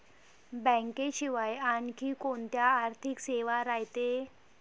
बँकेशिवाय आनखी कोंत्या आर्थिक सेवा रायते?